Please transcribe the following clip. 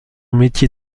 métier